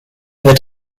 wird